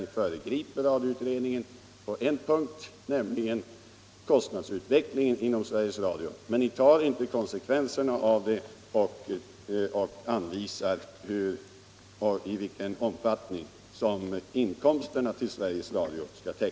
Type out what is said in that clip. Nu föregriper ni radioutredningen på en punkt, nämligen när det gäller kostnadsutvecklingen inom Sveriges Radio, men ni tar inte konsekvenserna av det genom att anvisa hur Sveriges Radio skall täcka kostnadsökningarna med motsvarande inkomster.